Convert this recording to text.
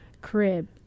crib